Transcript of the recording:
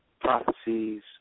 prophecies